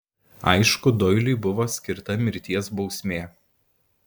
aišku doiliui buvo skirta mirties bausmė